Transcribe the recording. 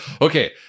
okay